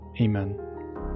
Amen